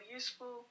useful